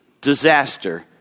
disaster